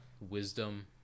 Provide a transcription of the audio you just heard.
wisdom